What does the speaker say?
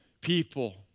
people